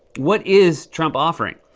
what is trump offering?